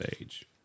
age